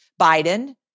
Biden